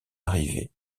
arrivée